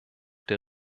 der